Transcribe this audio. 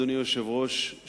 אדוני היושב-ראש,